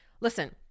Listen